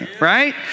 right